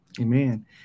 Amen